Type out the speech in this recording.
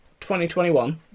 2021